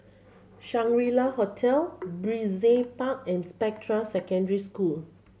Shangri La Hotel Brizay Park and Spectra Secondary School